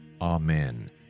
Amen